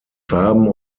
farben